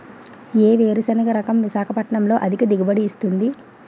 ఏ వేరుసెనగ రకం విశాఖపట్నం లో అధిక దిగుబడి ఇస్తుంది?